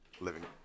Living